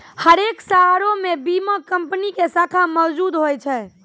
हरेक शहरो मे बीमा कंपनी के शाखा मौजुद होय छै